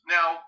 Now